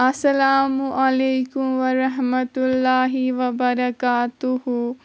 اَسَلامُ عَلیٚکُم وَرَحمَتُللٰہِ وَبَرَکاتُہوٗ